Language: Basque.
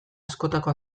askotako